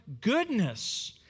goodness